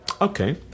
okay